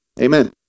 Amen